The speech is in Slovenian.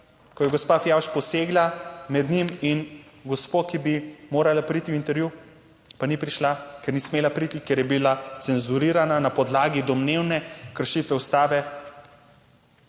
ko je gospa Fijavž posegla med njim in gospo, ki bi morala priti v intervju, pa ni prišla, ker ni smela priti, ker je bila cenzurirana na podlagi domnevne kršitve Ustave,